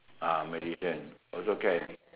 ah magician also can